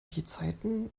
gezeiten